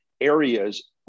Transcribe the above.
areas